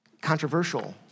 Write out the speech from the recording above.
controversial